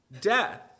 death